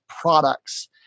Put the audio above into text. products